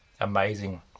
amazing